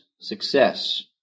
success